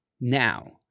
Now